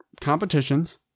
competitions